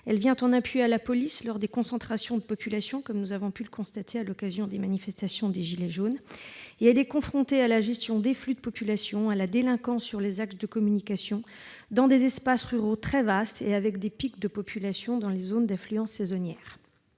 Elle vient en appui de la police lors des concentrations de population, comme nous avons pu le constater à l'occasion des manifestations des « gilets jaunes ». Elle est confrontée à la gestion des flux de population et à la délinquance sur les axes de communication, dans des espaces ruraux très vastes, et avec des pics de population dans les zones d'affluence saisonnière.